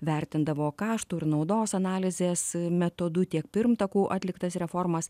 vertindavo kaštų ir naudos analizės metodu tiek pirmtakų atliktas reformas